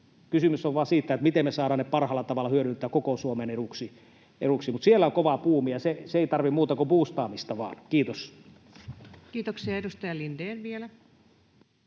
Kysymys on vain siitä, miten me saadaan ne parhaalla tavalla hyödynnettyä koko Suomen eduksi, mutta siellä on kova buumi, ja se ei tarvitse muuta kuin buustaamista vaan. — Kiitos. Kiitoksia. — Edustaja Lindén vielä.